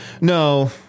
No